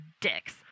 Dicks